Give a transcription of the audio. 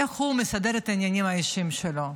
זה איך הוא מסדר את העניינים האישיים שלו.